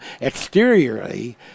exteriorly